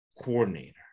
coordinator